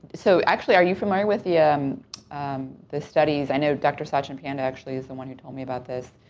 so, actually, are you familiar with yeah um um the studies, i know dr. satchin panda actually is the one who told me about this,